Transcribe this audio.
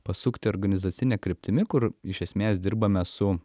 pasukti organizacine kryptimi kur iš esmės dirbame su